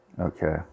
Okay